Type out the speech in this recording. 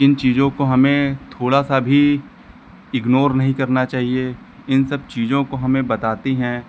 किन चीज़ों को हमें थोड़ा सा भी इग्नोर नहीं करना चाहिए इन सब चीज़ों को हमें बताती हैं